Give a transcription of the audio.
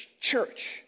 church